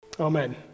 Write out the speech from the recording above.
Amen